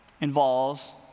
involves